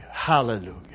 Hallelujah